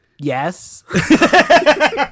Yes